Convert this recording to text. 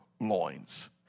loins